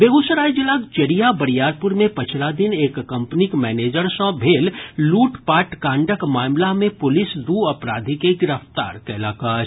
बेगूसराय जिलाक चेरिया बरियारपुर मे पछिला दिन एक कम्पनीक मैनेजर सँ भेल लूटपाट कांडक मामिला मे पुलिस दू अपराधी के गिफ्तार कयलक अछि